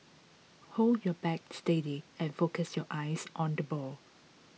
hold your bat steady and focus your eyes on the ball